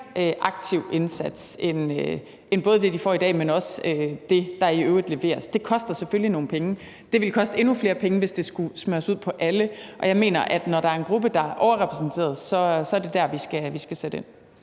aktiv indsats end både det, de får i dag, men også end det, der i øvrigt leveres. Det koster selvfølgelig nogle penge, og det ville koste endnu flere penge, hvis det skulle smøres ud på alle. Og jeg mener, at når der er en gruppe, der er overrepræsenteret, så er det der, vi skal sætte ind.